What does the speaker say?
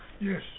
Yes